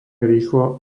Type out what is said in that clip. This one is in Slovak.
rýchlo